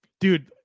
Dude